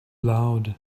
loud